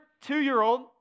two-year-old